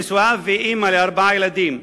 נשואה ואמא לארבעה ילדים,